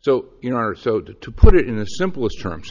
so you know our so to to put it in the simplest terms